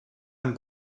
ein